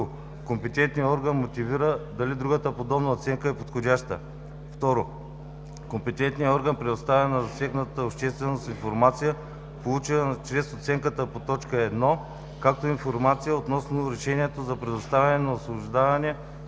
компетентният орган мотивира дали друга подобна оценка е подходяща; 2. компетентният орган предоставя на засегнатата общественост информацията, получена чрез оценката по т. 1, както и информация относно решението за предоставяне на освобождаване